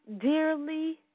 Dearly